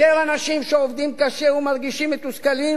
יותר אנשים שעובדים קשה מרגישים מתוסכלים